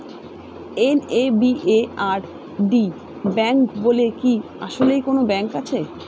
NABARD bank বলে কি আসলেই কোনো ব্যাংক আছে?